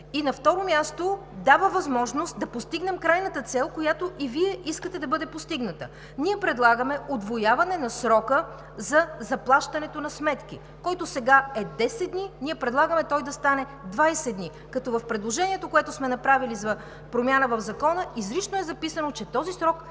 и, на второ място, дава възможност да постигнем крайната цел, която и Вие искате да бъде постигната. Ние предлагаме удвояване на срока за заплащането на сметките, който сега е 10 дни, ние предлагаме той да стане 20 дни, като в предложението, което сме направили за промяна в Закона, изрично е записано, че този срок ще